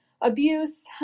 abuse